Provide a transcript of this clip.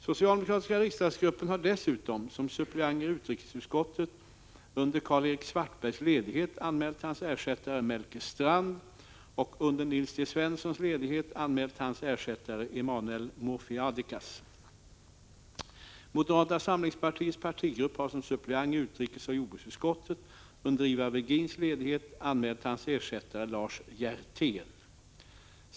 Socialdemokratiska riksdagsgruppen har dessutom som suppleanter i utrikesutskottet under Karl-Erik Svartbergs ledighet anmält hans ersättare Melker Strand och under Nils T Svenssons ledighet anmält hans ersättare Emmanuel Morfiadakis. Moderata samlingspartiets partigrupp har som suppleant i utrikesoch jordbruksutskotten under Ivar Virgins ledighet anmält hans ersättare Lars Hjertén.